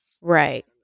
right